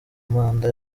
manda